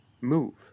move